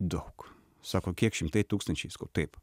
daug sako kiek šimtai tūkstančiai sakau taip